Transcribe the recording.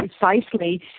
precisely